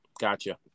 gotcha